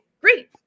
great